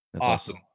Awesome